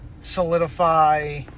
solidify